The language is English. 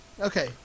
Okay